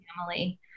family